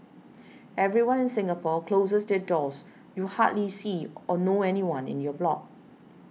everyone in Singapore closes their doors you hardly see or know anyone in your block